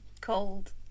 Cold